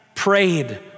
prayed